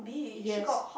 yes